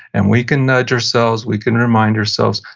and we can nudge ourselves, we can remind ourselves.